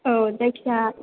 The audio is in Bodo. औ जायखिया